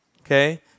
okay